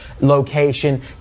location